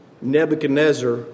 Nebuchadnezzar